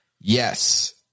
Yes